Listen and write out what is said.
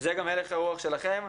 זה גם הלך הרוח שלכם.